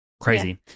Crazy